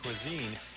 cuisine